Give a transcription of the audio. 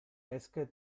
esque